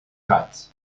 gats